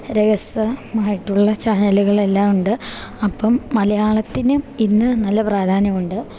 രസമായിട്ടുള്ള ചാനലുകളെല്ലാം ഉണ്ട് അപ്പം മലയാളത്തിന് ഇന്ന് നല്ല പ്രാധാന്യമുണ്ട്